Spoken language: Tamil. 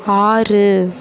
ஆறு